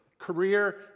Career